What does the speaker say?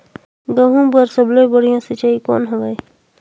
गहूं बर सबले बढ़िया सिंचाई कौन हवय?